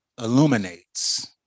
illuminates